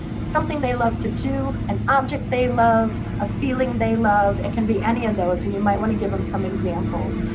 something they love to do. an object they love, a feeling they love. it can be any of those. and you might want to give them some examples.